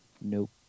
Nope